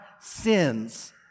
sins